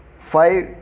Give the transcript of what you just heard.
five